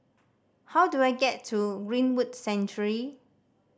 how do I get to Greenwood Sanctuary